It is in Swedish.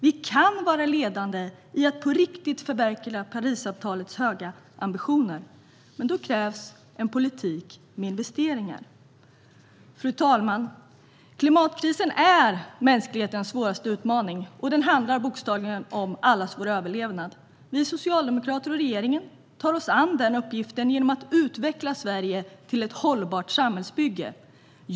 Vi kan vara ledande i att på riktigt förverkliga Parisavtalets höga ambitioner, men då krävs en politik med investeringar. Fru talman! Klimatkrisen är mänsklighetens svåraste utmaning, och den handlar bokstavligen om allas vår överlevnad. Vi socialdemokrater och regeringen tar oss an den uppgiften genom att utveckla Sverige till ett hållbart samhällsbygge.